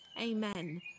Amen